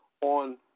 on